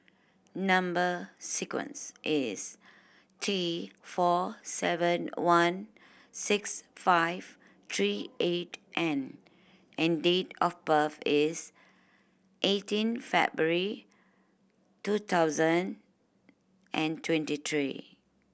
number sequence is T four seven one six five three eight N and date of birth is eighteen February two thousand and twenty three